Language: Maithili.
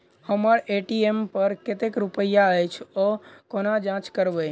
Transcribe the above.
हम्मर ए.टी.एम पर कतेक रुपया अछि, ओ कोना जाँच करबै?